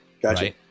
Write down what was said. Gotcha